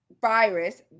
virus